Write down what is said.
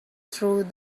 through